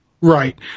Right